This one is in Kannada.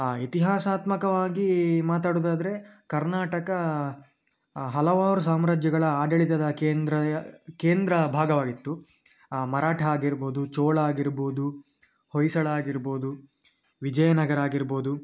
ಆ ಇತಿಹಾಸಾತ್ಮಕವಾಗಿ ಮಾತಾಡುವುದಾದ್ರೆ ಕರ್ನಾಟಕ ಹಲವಾರು ಸಾಮ್ರಾಜ್ಯಗಳ ಆಡಳಿತದ ಕೇಂದ್ರಯ ಕೇಂದ್ರ ಭಾಗವಾಗಿತ್ತು ಮರಾಠ ಆಗಿರ್ಬೋದು ಚೋಳ ಆಗಿರ್ಬೋದು ಹೊಯ್ಸಳ ಆಗಿರ್ಬೋದು ವಿಜಯನಗರ ಆಗಿರ್ಬೋದು